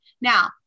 Now